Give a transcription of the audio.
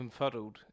confuddled